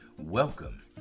Welcome